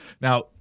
Now